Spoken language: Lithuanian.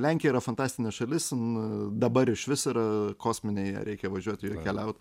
lenkija yra fantastinė šalis dabar išvis ir kosminė į ją reikia važiuoti ir keliaut